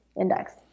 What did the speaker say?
Index